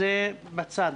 זה בצד,